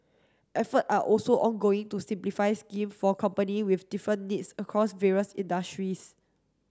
effort are also ongoing to simplify scheme for company with different needs across various industries